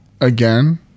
Again